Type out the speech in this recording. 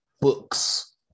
books